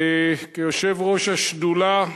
כיושב-ראש השדולה לירושלים,